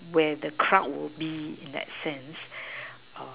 where the crowd will be in that sense um